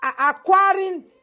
acquiring